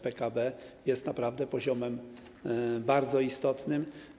PKB jest naprawdę poziomem bardzo istotnym.